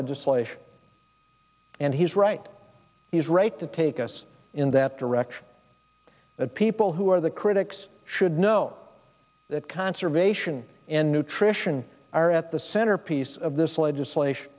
legislation and he's right he's right to take us in that direction that people who are the critics should know that conservation and nutrition are at the centerpiece of this legislation